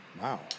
wow